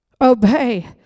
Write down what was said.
Obey